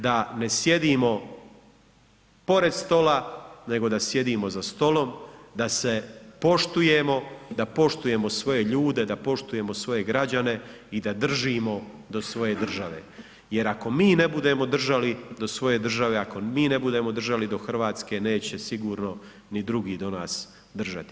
Da ne sjedimo pored stola nego da sjedimo za stolom, da se poštujemo, da poštujemo svoje ljude, da poštujemo svoje građane i da držimo do svoje države jer ako mi ne budemo držali do svoje države, ako mi ne budemo držali do Hrvatske, neće sigurno ni drugi do nas držati.